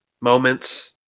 moments